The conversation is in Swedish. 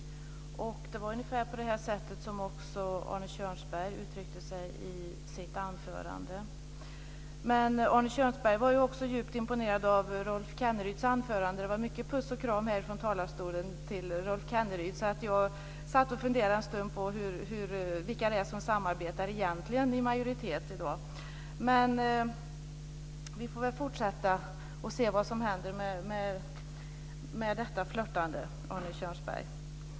Det var också ungefär på det sättet som Arne Kjörnsberg uttryckte sig i sitt anförande. Men Arne Kjörnsberg var även djupt imponerad av Rolf Kenneryds anförande. Det var mycket av puss och kram från den här talarstolen till Rolf Kenneryd. Jag satt och funderade en stund på vilka det egentligen är som samarbetar i majoritet i dag. Men vi får väl se vad som händer med detta flirtande, Arne Kjörnberg.